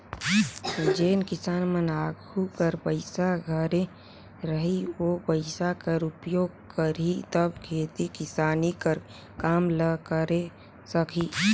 जेन किसान मन आघु कर पइसा धरे रही ओ पइसा कर उपयोग करही तब खेती किसानी कर काम ल करे सकही